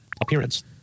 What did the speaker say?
Appearance